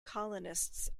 colonists